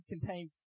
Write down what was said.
contains